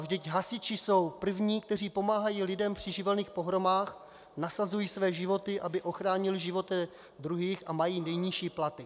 Vždyť hasiči jsou první, kteří pomáhají lidem při živelních pohromách, nasazují své životy, aby ochránili životy druhých, a mají nejnižší platy.